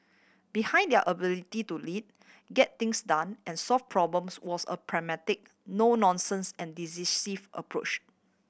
behind their ability to lead get things done and solve problems was a pragmatic no nonsense and decisive approach